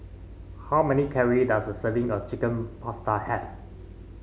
how many calories does a serving of Chicken Pasta have